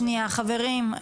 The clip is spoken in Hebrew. חברים,